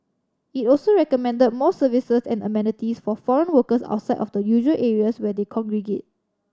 it also recommended more services and amenities for foreign workers outside of the usual areas where they congregate